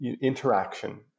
interaction